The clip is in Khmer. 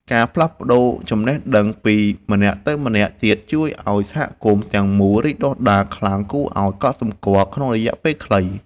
ការផ្លាស់ប្តូរចំណេះដឹងពីម្នាក់ទៅម្នាក់ទៀតជួយឱ្យសហគមន៍ទាំងមូលរីកដុះដាលខ្លាំងគួរឱ្យកត់សម្គាល់ក្នុងរយៈពេលខ្លី។